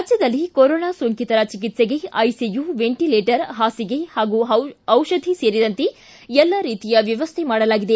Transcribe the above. ರಾಜ್ಯದಲ್ಲಿ ಕೊರೊನಾ ಸೋಂಕಿತರ ಚಿಕಿತ್ಸೆಗೆ ಐಸಿಯು ವೆಂಟಲೇಟರ್ ಹಾಸಿಗೆ ಹಾಗೂ ದಿಷಧಿ ಸೇರಿದಂತೆ ಎಲ್ಲ ರೀತಿಯ ವ್ಯವಸ್ಥೆ ಮಾಡಲಾಗಿದೆ